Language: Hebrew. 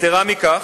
יתירה מכך,